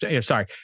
sorry